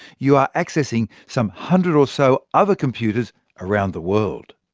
you are accessing some hundred-or-so other computers around the world.